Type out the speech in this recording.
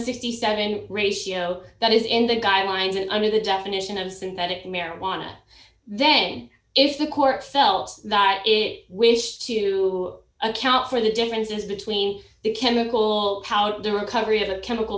sixty seven ratio that is in the guidelines and under the definition of synthetic marijuana then if the court felt that it wished to account for the differences between the chemical all the recovery of a chemical